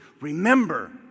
remember